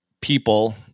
people